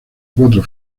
cuatro